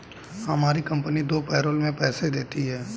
हमारी कंपनी दो पैरोल में पैसे देती है